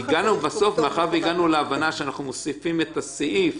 מאחר והגענו להבנה שאנחנו מוסיפים את הסעיף